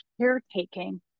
caretaking